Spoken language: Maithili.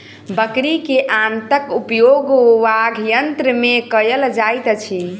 बकरी के आंतक उपयोग वाद्ययंत्र मे कयल जाइत अछि